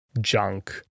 junk